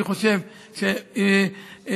אני חושב אנחנו,